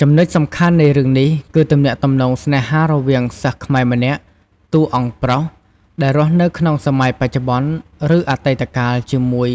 ចំណុចសំខាន់នៃរឿងនេះគឺទំនាក់ទំនងស្នេហារវាង សិស្សខ្មែរម្នាក់ តួអង្គប្រុស ដែលរស់នៅក្នុងសម័យបច្ចុប្បន្ន ឬអតីតកាលជាមួយ